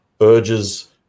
urges